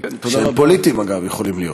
שהם פוליטיים, אגב, יכולים להיות.